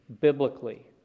Biblically